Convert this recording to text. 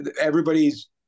everybody's